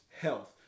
health